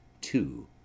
two